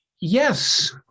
yes